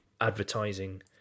advertising